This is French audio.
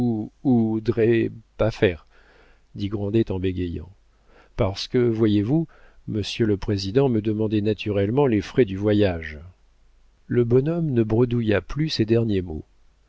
dit grandet en bégayant parce que voyez-vous monsieur le président me demandait naturellement les frais du voyage le bonhomme ne bredouilla plus ces derniers mots